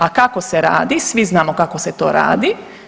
A kako se radi, svi znamo kako se to radi.